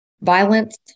violence